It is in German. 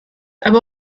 aber